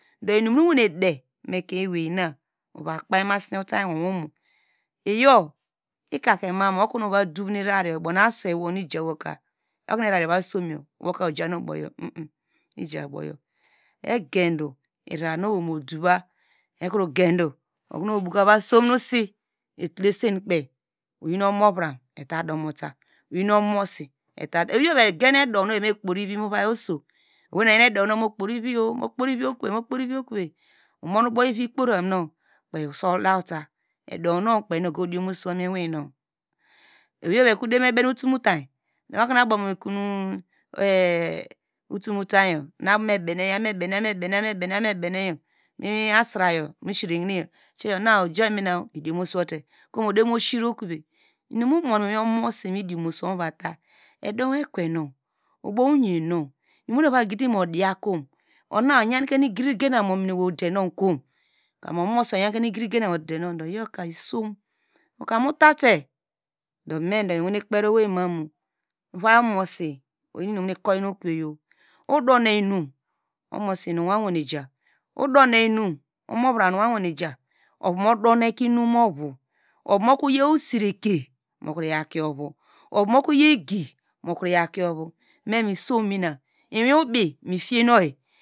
Do inum nu owene der mu ekein eweina ovu kpei masene utanywowo omo iyor, ikake mamu okonu ova dov nu iraraye oyl ubow nu aswei wo nu ijawo, okon nu irara iva som yon woka ojan oboyo ija oboyo, egendu ivara nu owei mu dova, eqendu ubow nu owei ovu som nu osi etulesen kpei oyl omovra etadumota, oyi omomosi, ewevu, egen edow nu evame kporivi mu ovai oso, owei na oderi mukporivi, mokpori vi okove, omu abow ivi kporam nu kpei usul dowta edow nu kpei nu ogodiomo sowu mi iwinu, ewei evo ekro deri me bine utun utany, do okonu abowmu utun utany yor nu abow mebene, abow mubene, mu iwin asirayor me sire hineyor ona ojamina idiomosowote, odirimo sire okove, inum momon miyi omomosy nu movata, eduwu ekwenu, bow oyen nu ininyo oya gidimudina ku uha oyerute igiriguram mu aminu me odenukom ka omomuei ive yan keyo igirigenam ngu udenu ka isom, kamu utate me dow muiveno kperiowei manu ovai onins ikar okoveyor odone muin omosi nu wo ewaneja, odone inum omavra nu wo aweneja ovu mu doneke inum movo ovomokriya osreke mu kriya kie ovu ovu mu kro va egi mu yaw kwei ovei